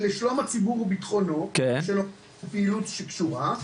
לשלום הציבור וביטחונו, שנובעת מפעילות שקשורה.